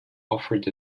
offered